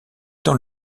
dans